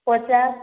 ପଚାଶ